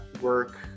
work